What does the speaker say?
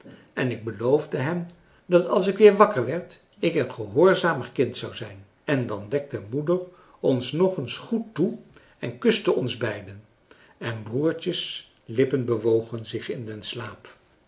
en ik beloofde hem dat als ik weer wakker werd ik een gehoorzamer kind zou zijn en dan dekte moeder ons nog eens goed toe en kuste ons beiden en broertjes lippen bewogen zich in den slaap